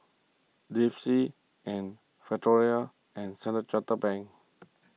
Delsey and Factorie and Standard Chartered Bank